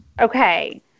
Okay